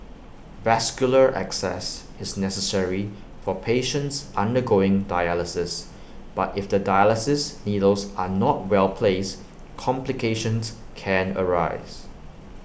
vascular access is necessary for patients undergoing dialysis but if the dialysis needles are not well placed complications can arise